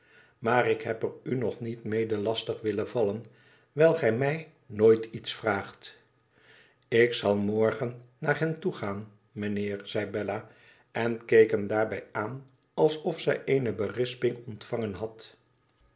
maar ik heb er u nog niet mede lastig willen vallen wijl gij mij nooit iets vraagt ik zal morgen naar hen toe aan mijnheer zei bella en keek hen daarbij aan alsof zij eene berispmg ontvangen had